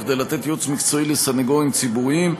כדי לתת ייעוץ מקצועי לסנגורים הציבוריים.